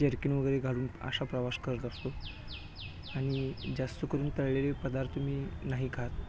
jerkin वगैरे घालून अशा प्रवास करत असतो आणि जास्त करून तळलेले पदार्थ मी नाही खात